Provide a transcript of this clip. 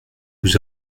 vous